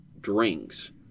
drinks